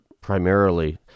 primarily